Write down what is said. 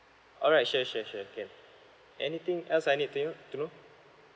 all right sure sure sure can anything else I need to know to know